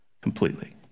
completely